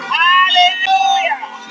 hallelujah